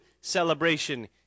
celebration